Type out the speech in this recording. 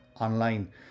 Online